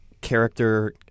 character